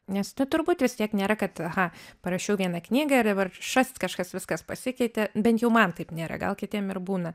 nes nu turbūt vis tiek nėra kad aha parašiau vieną knygą ir dabar šast kažkas viskas pasikeitė bent jau man taip nėra gal kitiem ir būna